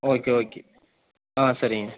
okay okay ஆ சரிங்க